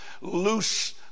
loose